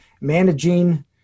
Managing